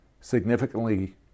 significantly